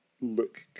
look